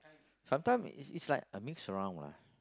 sometimes it's like I mix around lah